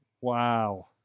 Wow